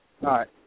right